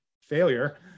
failure